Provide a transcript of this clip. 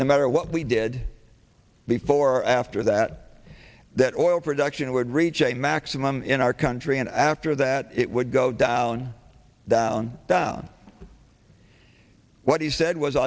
no matter what we did before after that that oil production would reach a maximum in our country and after that it would go down down down what he said was